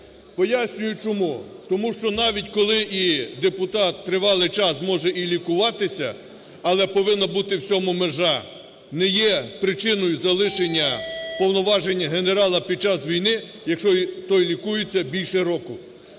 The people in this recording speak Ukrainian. Пояснюю чому. Тому що навіть коли і депутат тривалий час може і лікуватися, але повинна бути всьому межа. Не є причиною залишення повноважень генерала під час війни, якщо той лікується більше року.